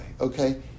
Okay